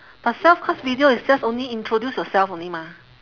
but self cast video is just only introduce yourself only mah